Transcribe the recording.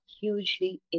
hugely